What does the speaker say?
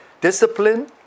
discipline